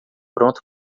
pronto